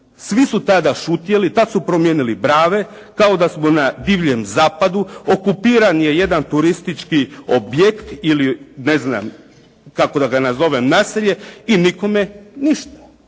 svi su tada šutjeli, tada su promijenili brave kao da smo na Divljem zapadu, okupiran je jedan turistički objekt ili ne znam kako da ga nazovem, naselje, i nikome ništa,